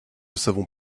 savons